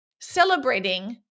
celebrating